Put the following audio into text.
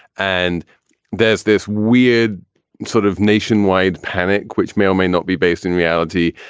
and there's this weird sort of nationwide panic which may or may not be based in reality.